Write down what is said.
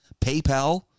PayPal